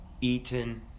eaten